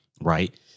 Right